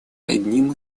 одним